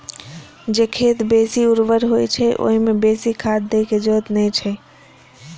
जे खेत बेसी उर्वर होइ छै, ओइ मे बेसी खाद दै के जरूरत नै छै